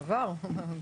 כבר עבר.